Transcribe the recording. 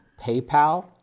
PayPal